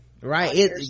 Right